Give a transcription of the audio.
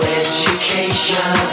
education